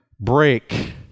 break